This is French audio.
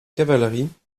cavalerie